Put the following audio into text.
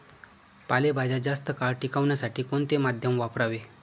पालेभाज्या जास्त काळ टिकवण्यासाठी कोणते माध्यम वापरावे?